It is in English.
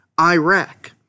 Iraq